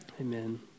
Amen